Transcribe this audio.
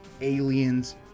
aliens